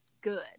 good